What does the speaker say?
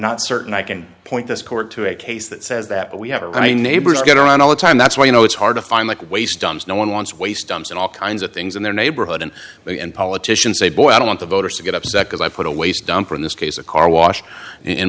not certain i can point this court to a case that says that we have a neighbor to get around all the time that's why you know it's hard to find like waste dumps no one wants waste dumps and all kinds of things in their neighborhood and they and politicians say boy i don't want the voters to get upset because i put a waste dump or in this case a car wash in